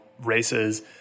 races